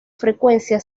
frecuencia